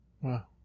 wow